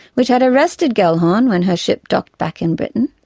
which had arrested gellhorn when her ship docked back in britain.